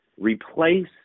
replace